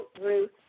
Ruth